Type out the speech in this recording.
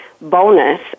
bonus